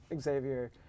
Xavier